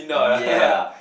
ya